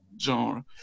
genre